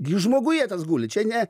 gi žmoguje tas guli čia ne